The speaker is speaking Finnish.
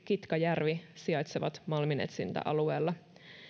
kitkajärvi sijaitsevat malminetsintäalueella